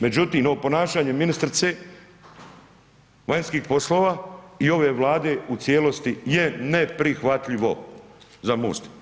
Međutim ovo ponašanje ministrice vanjskih poslova i ove Vlade u cijelosti je neprihvatljivo za MOST.